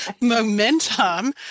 momentum